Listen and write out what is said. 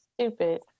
stupid